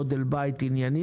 גודל בית וכו',